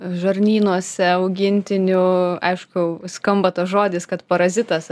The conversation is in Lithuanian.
žarnynuose augintinių aišku skamba tas žodis kad parazitas